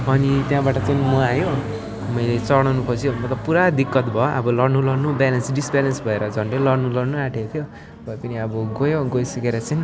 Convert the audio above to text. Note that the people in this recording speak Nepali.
अनि त्यहाँबाट चाहिँ म आएँ मैले चढाउन खोजेँ मतलब पुरा दिक्कत भयो अब लड्नु लड्नु ब्यालेन्स डिसब्यालेन्स भएर झन्डै लड्नु लड्नु आँटेको थियो भए पनि अब गयो गइसकेर चाहिँ